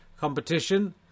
competition